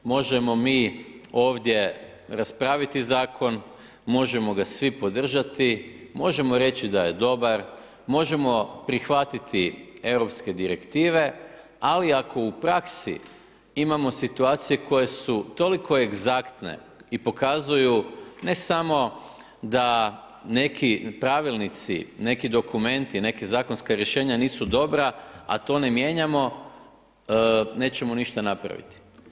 Možemo mi ovdje raspraviti zakon, možemo ga svi podržati, možemo reći da je dobar, možemo prihvatiti europske direktive, ali ako u praksi imamo situacije koje su toliko egzaktne i pokazuju ne samo da neki pravilnici, neki dokumenti, neka zakonska rješenja nisu dobra, a to ne mijenjamo nećemo ništa napraviti.